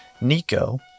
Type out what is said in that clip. Nico